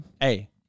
hey